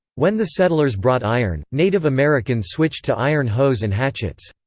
when the settlers brought iron, native americans switched to iron hoes and hatchets.